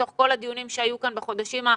מתוך כל הדיונים שהיו כאן בחודשים האחרונים,